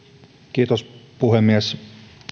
kiitos puhemies